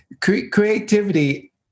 Creativity